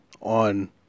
on